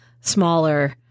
smaller